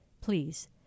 please